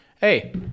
hey